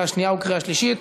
קריאה שנייה וקריאה שלישית.